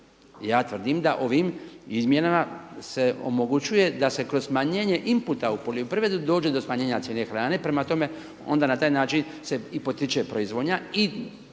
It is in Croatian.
ja tvrdim da ovim izmjenama se omogućuje da se kroz smanjenje inputa u poljoprivredu dođe do smanjenja cijene hrane. Prema tome, onda na taj način se i potiče proizvodnja i